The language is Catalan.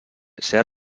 ser